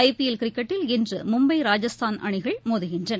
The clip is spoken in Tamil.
ஐ பிஎல் கிரிக்கெட்டில் இன்றுமும்பை ராஜஸ்தான் அணிகள் மோதுகின்றன